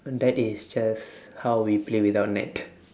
and that is just how we play without net